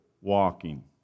walking